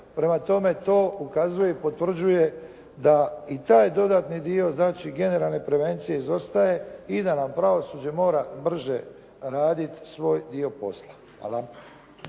Prema tome, to ukazuje i potvrđuje da i taj dodatni dio znači generalne prevencije izostaje i da nam pravosuđe mora brže raditi svoj dio posla. Hvala.